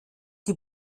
die